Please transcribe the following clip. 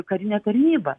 karinę tarnybą